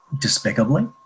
despicably